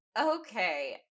Okay